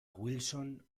wilson